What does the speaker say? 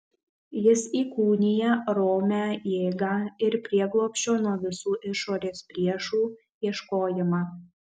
jis įkūnija romią jėgą ir prieglobsčio nuo visų išorės priešų ieškojimą